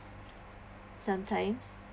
sometimes